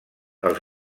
els